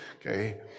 okay